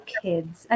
kids